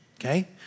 okay